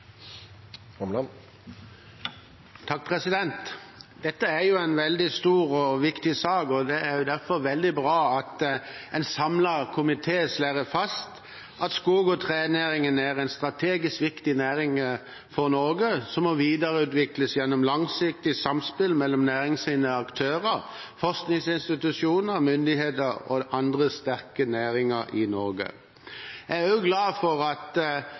viktig sak, og det er derfor veldig bra at en samlet komité slår fast at skog- og trenæringen er en strategisk viktig næring for Norge, som må videreutvikles gjennom et langsiktig samspill mellom næringens aktører, forskningsinstitusjoner, myndigheter og andre sterke næringer i Norge. Jeg er også glad for at